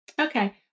Okay